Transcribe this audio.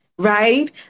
right